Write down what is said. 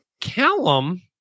Callum